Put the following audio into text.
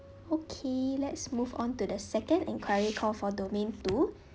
okay let's move onto the second inquiry call for domain two